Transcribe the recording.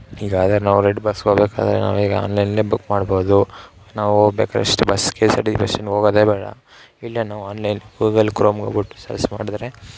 ಈಗಾದರೆ ನಾವು ರೆಡ್ ಬಸ್ಸಿಗೆ ಹೋಗಬೇಕಾದ್ರೆ ನಾವು ಈಗ ಆನ್ಲೈನಲ್ಲೇ ಬುಕ್ ಮಾಡ್ಬೌದು ನಾವು ಹೋಗ್ಬೇಕಾರಷ್ಟೆ ಬಸ್ಸಿಗೆ K S R T C ಬಸ್ಟ್ಯಾಂಡಿಗೆ ಹೋಗೋದೆ ಬೇಡ ಇಲ್ಲೇ ನಾವು ಆನ್ಲೈನ್ ಗೂಗಲ್ ಕ್ರೋಮಿಗೆ ಹೋಗ್ಬಿಟ್ಟು ಸರ್ಚ್ ಮಾಡಿದ್ರೆ